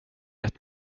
gett